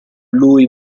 lui